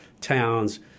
towns